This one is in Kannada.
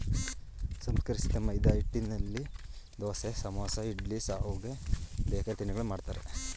ಸಂಸ್ಕರಿಸಿದ ಮೈದಾಹಿಟ್ಟಿನಲ್ಲಿ ದೋಸೆ, ಸಮೋಸ, ಇಡ್ಲಿ, ಶಾವ್ಗೆ, ಬೇಕರಿ ತಿಂಡಿಗಳನ್ನು ಮಾಡ್ತರೆ